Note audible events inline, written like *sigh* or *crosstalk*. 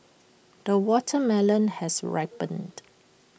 the watermelon has ripened *noise*